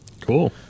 Cool